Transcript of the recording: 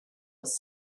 was